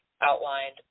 outlined